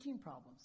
problems